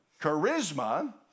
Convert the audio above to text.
charisma